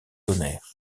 donner